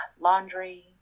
laundry